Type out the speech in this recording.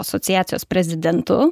asociacijos prezidentu